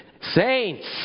Saints